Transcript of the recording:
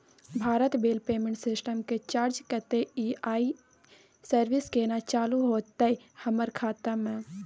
Bharat bill payment system के charge कत्ते इ आ इ सर्विस केना चालू होतै हमर खाता म?